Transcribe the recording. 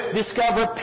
discover